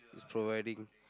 is providing